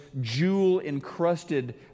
jewel-encrusted